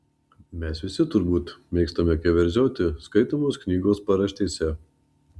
mes visi turbūt mėgstame keverzoti skaitomos knygos paraštėse